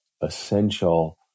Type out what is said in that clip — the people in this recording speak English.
essential